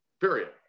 Period